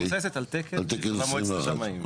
היא מבוססת על תקן במועצת השמאים.